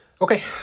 Okay